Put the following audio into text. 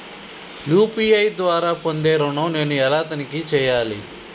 UPI ద్వారా పొందే ఋణం నేను ఎలా తనిఖీ చేయాలి?